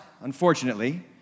unfortunately